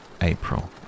April